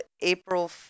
April